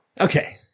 okay